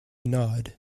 nod